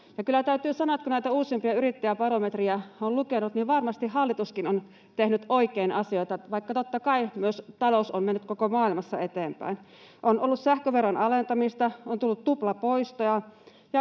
uusimpia yrittäjäbarometrejä on lukenut, niin varmasti hallituskin on tehnyt oikein asioita, vaikka totta kai myös talous on mennyt koko maailmassa eteenpäin. On ollut sähköveron alentamista, on tullut tuplapoistoja.